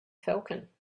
falcon